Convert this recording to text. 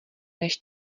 než